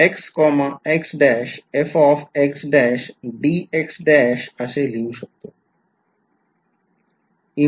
असे लिहितो